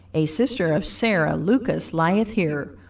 a sister of sarah lucas lyeth here,